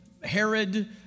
Herod